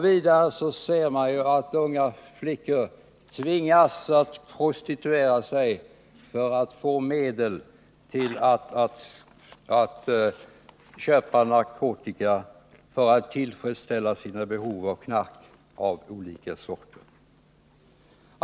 Vidare ser man att unga flickor tvingas att prostituera sig för att få medel till att köpa narkotika för att tillfredsställa sina behov av knark av olika sorter.